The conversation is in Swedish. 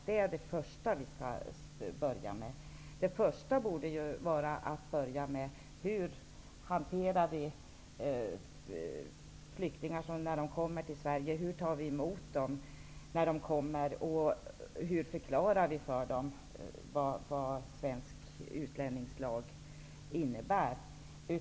Det första man gör borde i stället vara att se hur vi handskas med flyktingar som kommer till Sverige. Hur tar vi emot dem när de kommer? Och hur förklarar vi för dem vad svensk utlänningslag innebär?